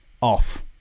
Off